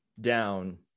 down